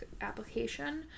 application